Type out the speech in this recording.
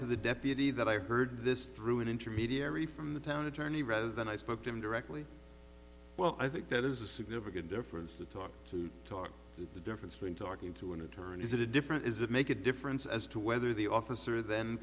to the deputy that i heard this through an intermediary from the town attorney rather than i spoke to him directly well i think that is a significant difference to talk to talk to the difference when talking to an attorney is it a different is it make a difference as to whether the officer th